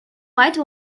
white